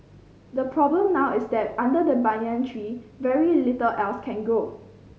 the problem now is that under the banyan tree very little else can grow